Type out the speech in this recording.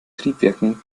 triebwerken